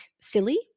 silly